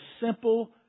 simple